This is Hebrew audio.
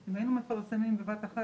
אם היינו מפרסמים בבת אחת,